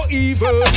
evil